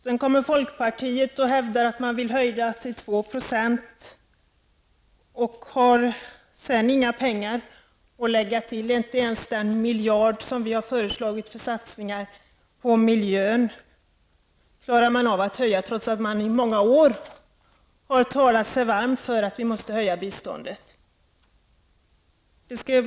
Sedan kommer folkpartiet och vill höja biståndsmålet till 2 %, men har därefter inga pengar att lägga till, inte ens den miljard som vi har föreslagit för satsningar på miljön. Detta klarar man inte, trots att man i många år har talat sig varm för att biståndet måste höjas.